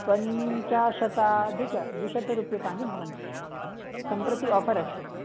पञ्चाशताधिकद्विशतरूप्यकानि भवन्ति सम्प्रति आफ़र् अस्ति